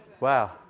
Wow